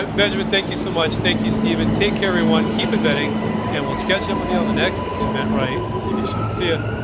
ah benjamin, thank you so much. thank you, stephen. take care everyone. keep inventing and we'll catch up with you on the next inventright tv show. see ah